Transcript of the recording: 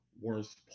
Worst